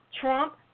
Trump